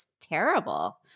terrible